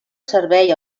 servei